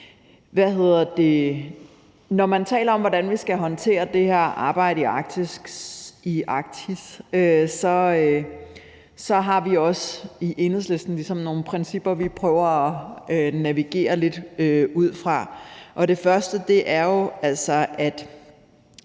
rigtig fedt. Når man taler om, hvordan vi skal håndtere det her arbejde i Arktis, har vi også i Enhedslisten nogle principper, vi prøver at navigere lidt ud fra, og det første er jo, at